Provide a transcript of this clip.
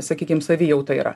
sakykim savijauta yra